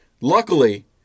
Luckily